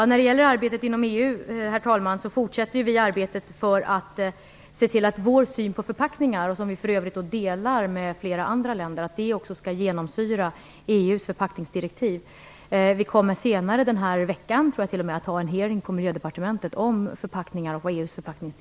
Herr talman! När det gäller arbetet inom EU fortsätter vi arbetet för att se till att vår syn på förpackningar - som vi för övrigt delar med flera andra länder - också skall genomsyra EU:s förpackningsdirektiv. Vi kommer senare den här veckan att ha en hearing på Miljödepartementet om förpackningar och vad